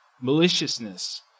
maliciousness